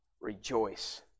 rejoice